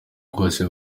rwose